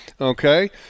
okay